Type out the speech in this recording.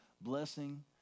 blessing